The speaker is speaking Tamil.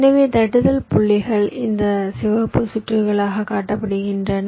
எனவே தட்டுதல் புள்ளிகள் இந்த சிவப்பு சுற்றுகளாக காட்டப்படுகின்றன